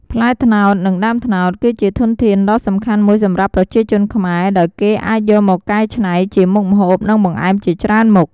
ផ្លែត្នោត និងដើមត្នោត គឺជាធនធានដ៏សំខាន់មួយសម្រាប់ប្រជាជនខ្មែរ ដោយគេអាចយកមកកែច្នៃជាមុខម្ហូប និងបង្អែមជាច្រើនមុខ។